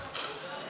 של קבוצת